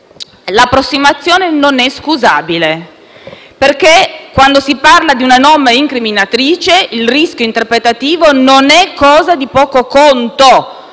L'approssimazione non è scusabile perché, quando si parla di una norma incriminatrice, il rischio interpretativo non è cosa di poco conto,